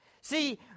See